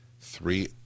three